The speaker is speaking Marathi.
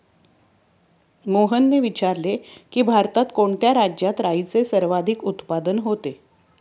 मोहनने विचारले की, भारतात कोणत्या राज्यात राईचे सर्वाधिक उत्पादन होते?